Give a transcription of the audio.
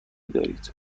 دارید